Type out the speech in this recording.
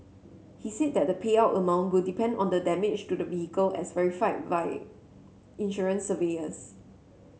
he said that the payout amount will depend on the damage to the vehicle as verified by insurance surveyors